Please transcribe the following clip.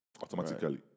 automatically